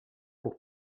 pour